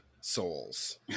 souls